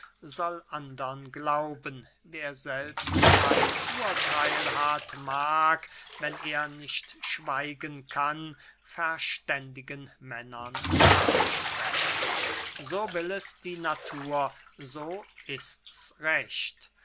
soll andern glauben wer selbst kein urtheil hat mag wenn er nicht schweigen kann verständigen männern nachsprechen so will es die natur und so ist's